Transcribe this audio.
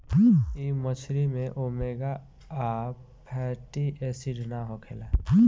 इ मछरी में ओमेगा आ फैटी एसिड ना होखेला